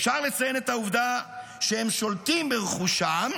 אפשר לציין את העובדה שהם שולטים ברכושם,